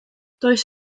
does